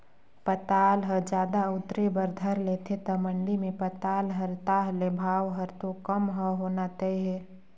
पताल ह जादा उतरे बर धर लेथे त मंडी मे पताल हर ताह ले भाव हर तो कम ह होना तय हे